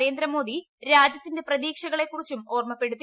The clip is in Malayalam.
നരേന്ദ്ര മോദി രാജ്യത്തിന്റെ പ്രതീക്ഷകളെക്കുറിച്ചും ഓർമ്മപ്പെടുത്തി